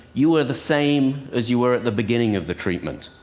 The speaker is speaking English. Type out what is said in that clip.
you are the same as you were at the beginning of the treatment.